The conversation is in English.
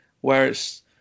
Whereas